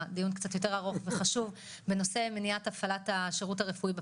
דיון קצת יותר ארוך וחשוב בנושא מניעת הפעלת השירות הרפואי בפריפריה,